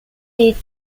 des